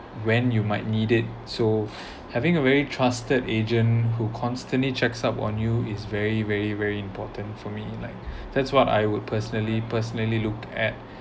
when you might need it so having a very trusted agent who constantly checks up on you is very very very important for me like that's what I would personally personally looked at